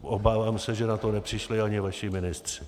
Obávám se, že na to nepřišli ani vaši ministři.